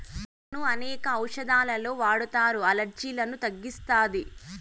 తేనెను అనేక ఔషదాలలో వాడతారు, అలర్జీలను తగ్గిస్తాది